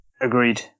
Agreed